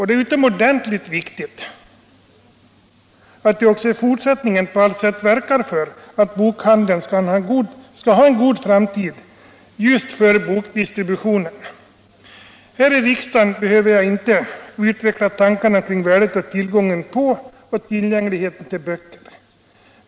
Det är utomordentligt viktigt att vi också i fortsättningen på allt sätt verkar för att bokhandeln skall ha en god framtid just med tanke på bokdistributionen. Här i riksdagen behöver jag inte utveckla tankarna om värdet av tillgången på och tillgängligheten av böcker.